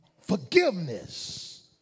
forgiveness